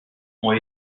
ont